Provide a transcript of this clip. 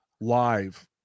live